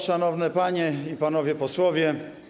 Szanowne Panie i Panowie Posłowie!